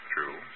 True